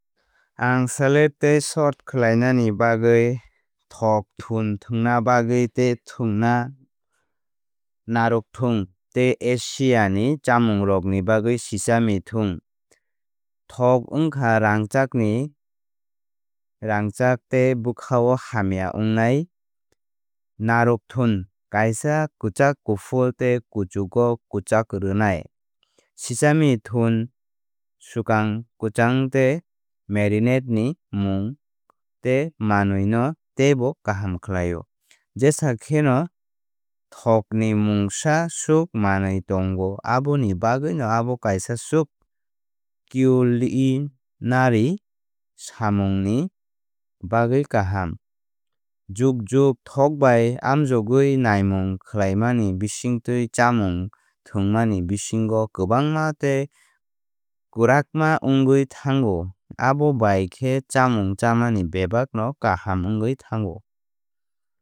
Ang salad tei sauté khlainani bagwi thok thun thwngna bagwi tei thwngna narwthwng tei Asiani chamungrokni bagwi sesame thwng. Thok wngkha rangchakni rangchak tei bwkhao hamya wngnai narwkthwng. Kaisa kwchak kuphur tei kuchugo kwchak rwnai. Sesame thun swkangkwchang tei marinad ni mung tei mwnwi no teibo kaham khlaio. Jesa kheno thok ni mungsa swk manwi tongo aboni bagwino abo kaisa swk culinary samungni bagwi kaham. Jukjuk thok bai amjogwi naimung khlaimani bisingtwi chamung thwngmani bisingo kwbangma tei kwrakma wngwi thango. Abo bai khe chamung chamani bebakno kaham wngwi thango.